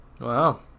Wow